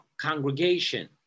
congregation